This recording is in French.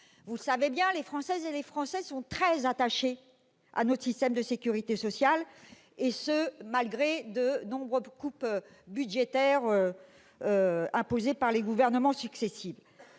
vous le savez bien, les Françaises et les Français sont très attachés à notre système de sécurité sociale, malgré les nombreuses coupes budgétaires imposées par les gouvernements successifs.